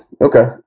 Okay